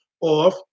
off